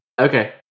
Okay